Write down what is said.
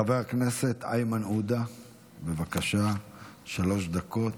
חבר הכנסת איימן עודה, בבקשה, שלוש דקות.